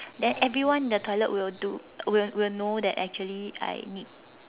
then everyone in the toilet will do will will know that actually I need